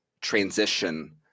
transition